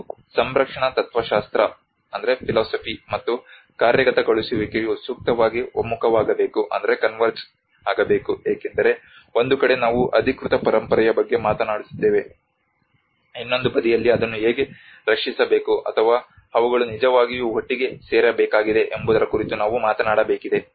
ಮತ್ತು ಸಂರಕ್ಷಣಾ ತತ್ವಶಾಸ್ತ್ರ ಮತ್ತು ಕಾರ್ಯಗತಗೊಳಿಸುವಿಕೆಯು ಸೂಕ್ತವಾಗಿ ಒಮ್ಮುಖವಾಗಬೇಕು ಏಕೆಂದರೆ ಒಂದು ಕಡೆ ನಾವು ಅಧಿಕೃತ ಪರಂಪರೆಯ ಬಗ್ಗೆ ಮಾತನಾಡುತ್ತಿದ್ದೇವೆ ಇನ್ನೊಂದು ಬದಿಯಲ್ಲಿ ಅದನ್ನು ಹೇಗೆ ರಕ್ಷಿಸಬೇಕು ಅಥವಾ ಅವುಗಳು ನಿಜವಾಗಿಯೂ ಒಟ್ಟಿಗೆ ಸೇರಬೇಕಾಗಿದೆ ಎಂಬುದರ ಕುರಿತು ನಾವು ಮಾತನಾಡಬೇಕಾಗಿದೆ